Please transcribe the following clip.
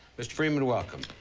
mr. freeman, welcome.